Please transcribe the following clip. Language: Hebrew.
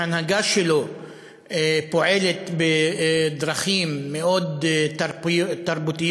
וההנהגה שלו פועלת בדרכים מאוד תרבותיות